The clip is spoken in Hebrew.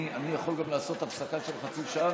אני יכול גם לעשות הפסקה של חצי שעה,